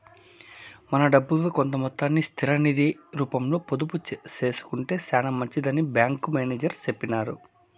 మన డబ్బుల్లో కొంత మొత్తాన్ని స్థిర నిది రూపంలో పొదుపు సేసుకొంటే సేనా మంచిదని బ్యాంకి మేనేజర్ సెప్పినారు